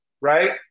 right